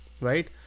right